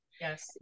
Yes